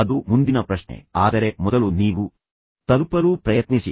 ಅದು ಮುಂದಿನ ಪ್ರಶ್ನೆ ಆದರೆ ಮೊದಲು ನೀವು ತಲುಪಲು ಪ್ರಯತ್ನಿಸಿ